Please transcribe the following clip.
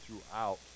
throughout